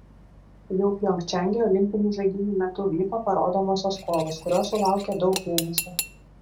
jau pjongčange olimpinių žaidynių metu vyko parodomosios kovos kurios sulaukė daug dėmesio